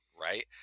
Right